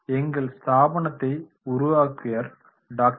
எங்கள் ஸ்தாபனத்தை உருவாக்கியவர் Dr